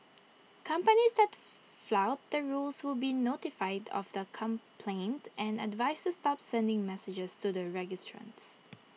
companies that flout the rules will be notified of the complaint and advised to stop sending messages to the registrants